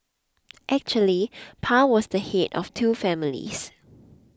actually Pa was the head of two families